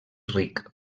ric